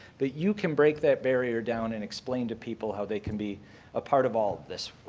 but you can break that barrier down and explain to people how they can be a part of all of this,